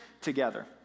together